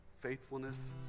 faithfulness